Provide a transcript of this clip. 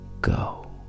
go